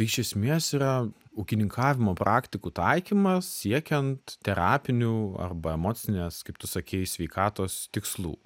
iš esmės yra ūkininkavimo praktikų taikymas siekiant terapinių arba emocinės kaip tu sakei sveikatos tikslų